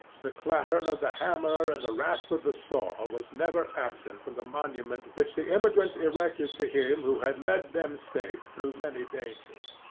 the clatter of the hammer and the rasp of the saw was never absent from the monument which the immigrants erected to him who had led them safe through many dangers.